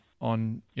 on